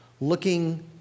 looking